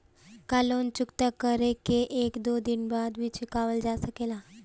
का लोन चुकता कर के एक दो दिन बाद भी चुकावल जा सकेला?